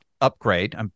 upgrade